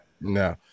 No